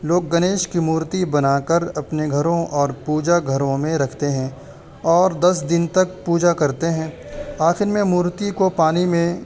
لوگ گنیش کی مورتی بنا کر اپنے گھروں اور پوجا گھروں میں رکھتے ہیں اور دس دن تک پوجا کرتے ہیں آخر میں مورتی کو پانی میں